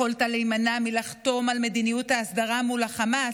יכולת להימנע מלחתום על מדיניות ההסדרה מול חמאס,